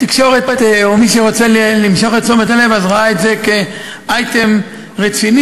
התקשורת או מי שרוצה למשוך את תשומת הלב ראה את זה כאייטם רציני,